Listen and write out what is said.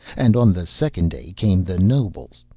and on the second day came the nobles,